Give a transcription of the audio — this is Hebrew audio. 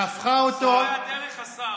והפכה אותו, מורי הדרך, השר.